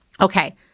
okay